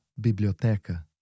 biblioteca